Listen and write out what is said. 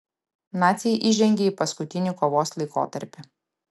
naciai įžengė į paskutinį kovos laikotarpį